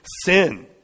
sin